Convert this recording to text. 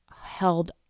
held